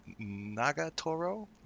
nagatoro